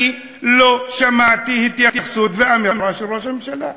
אני לא שמעתי התייחסות ואמירה של ראש הממשלה,